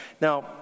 Now